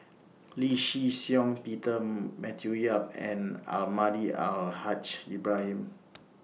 Lee Shih Shiong Peter Matthew Yap and Almahdi Al Haj Ibrahim